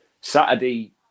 Saturday